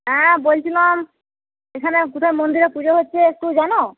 হ্যাঁ বলছিলাম এখানে কোথায় মন্দিরে পুজো হচ্ছে একটু জানো